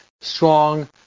strong